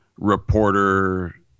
reporter